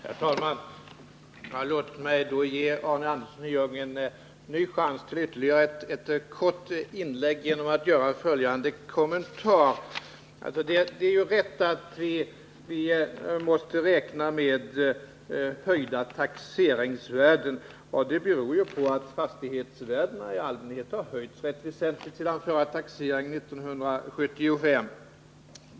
Herr talman! Låt mig med följande kommentar ge Arne Andersson i Ljung en chans till ytterligare ett kort inlägg. Det är riktigt att vi måste räkna med höjda taxeringsvärden, och det beror på att fastighetsvärdena i allmänhet har höjts rätt väsentligt sedan den förra taxeringen 1975.